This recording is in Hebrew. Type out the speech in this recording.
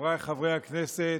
חבריי חברי הכנסת,